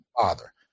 father